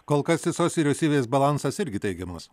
kol kas visos vyriausybės balansas irgi teigiamas